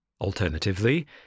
Alternatively